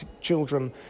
children